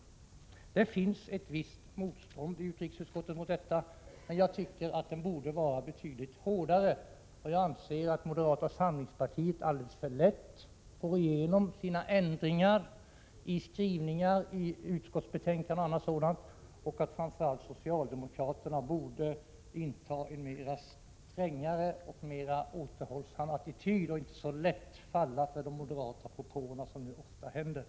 Det finns ett visst motstånd i utrikesutskottet mot detta, men jag tycker att det borde vara betydligt hårdare. Jag anser att moderata samlingspartiet alldeles för lätt får igenom sina ändringar av skrivningarna i utskottsbetänkanden och annat och att framför allt socialdemokraterna borde inta en strängare och mera återhållsam attityd och inte så lätt falla för de moderata propåerna, som nu ofta händer.